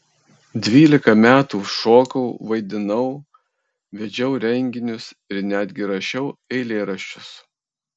dvylika metų šokau vaidinau vedžiau renginius ir netgi rašiau eilėraščius